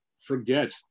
forget